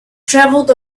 traveled